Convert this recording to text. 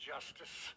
justice